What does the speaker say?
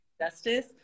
justice